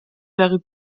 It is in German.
wäre